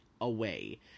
away